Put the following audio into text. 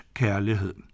kærlighed